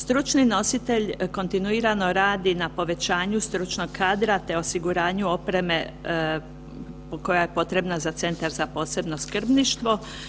Stručni nositelj kontinuirano radi na povećanju stručnog kadra te osiguranju opreme koja je potrebna za Centar za posebno skrbništvo.